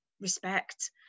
respect